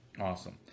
awesome